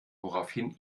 woraufhin